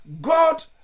God